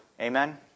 Amen